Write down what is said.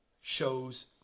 shows